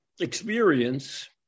experience